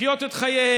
לחיות את חייהם